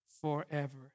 forever